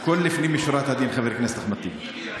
הכול לפנים משורת הדין, חבר הכנסת אחמד טיבי.